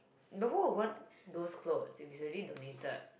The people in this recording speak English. no want those clothes if it's already donated